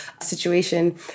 situation